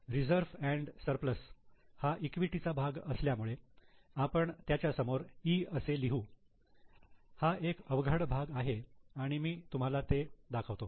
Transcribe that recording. reserve and surplus हा equity चा भाग असल्यामुळे आपण त्यांच्यासमोर 'E' असे लिहू हा एक अवघड भाग आहे आणि मी तुम्हाला ते दाखवतो